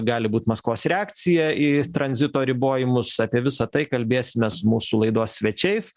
gali būt maskvos reakcija į tranzito ribojimus apie visa tai kalbėsimės mūsų laidos svečiais